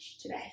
today